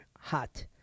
hot